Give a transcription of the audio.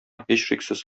һичшиксез